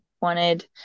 wanted